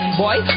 boy